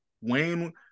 Wayne